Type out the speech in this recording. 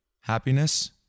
happiness